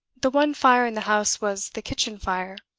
the one fire in the house was the kitchen fire.